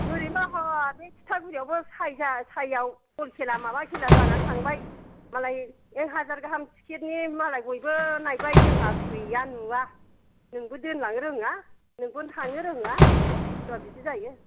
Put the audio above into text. ओरैनो बा हनै बे तितागुरियावबो साय जा साय आव बल खेला माबा खेला जानानै थांबाय मालाय एकहाजार गाहाम टिकिटनि मालाय बयबो नायबाय जोंहा गैया नुवा नोंबो दोनलांनो रोङा नोंबो थांनो रोङा सोरबा बिदि जायो